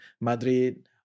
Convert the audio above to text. madrid